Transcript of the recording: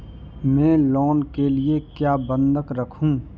मैं लोन के लिए क्या बंधक रखूं?